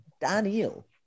Daniel